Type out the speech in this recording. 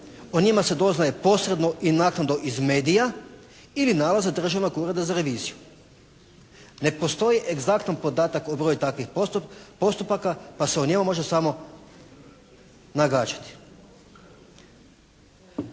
O njima se doznaje posredno i naknadno iz medija ili iz nalaza Državnog ureda za reviziju. Ne postoji egzaktan podatak o broju takvih postupaka pa se o njemu može samo nagađati.